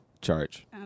charge